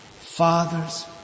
father's